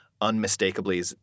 unmistakably